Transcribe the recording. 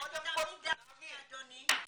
אני תמיד דרשתי אדוני,